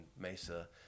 Mesa